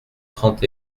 trente